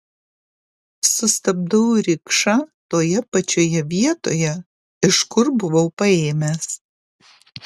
sustabdau rikšą toje pačioje vietoje iš kur buvau paėmęs